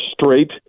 straight